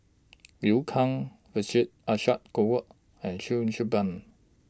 Liu Kang Vijesh Ashok Ghariwala and Cheo Kim Ban